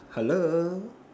hello